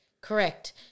Correct